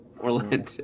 Orlando